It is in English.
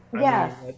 Yes